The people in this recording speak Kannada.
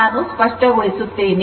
ನಾನು ಅದನ್ನು ಸ್ಪಷ್ಟಗೊಳಿಸುತ್ತೇನೆ